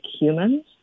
humans